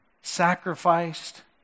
sacrificed